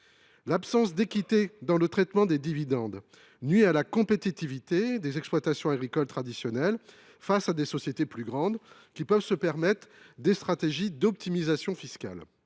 L’absence d’équité dans le traitement des dividendes nuit à la compétitivité des exploitations agricoles traditionnelles face à des sociétés plus grandes, qui peuvent se permettre des stratégies d’optimisation fiscale.